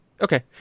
Okay